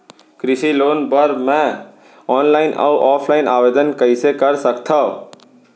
कृषि लोन बर मैं ऑनलाइन अऊ ऑफलाइन आवेदन कइसे कर सकथव?